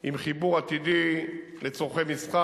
יחד עם המרפאה של הכנסת,